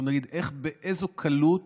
בוא נגיד, איך ובאיזו קלות